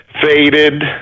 faded